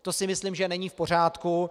To si myslím, že není v pořádku.